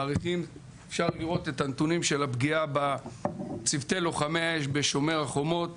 אפשר לראות את הנתונים של הפגיעה בצוותי לוחמי האש ב"שומר חומות",